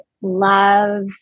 love